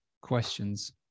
questions